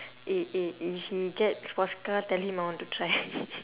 eh eh if he get sports car tell him I want to try